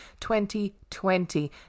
2020